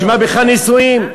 בשביל מה בכלל נישואים?